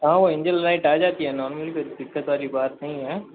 हाँ वो engine light आ जाती है नॉर्मली कोई दिक्कत वाली बात नहीं है